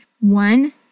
One